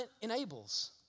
enables